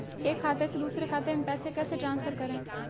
एक खाते से दूसरे खाते में पैसे कैसे ट्रांसफर करें?